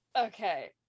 okay